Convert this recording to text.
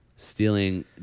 Stealing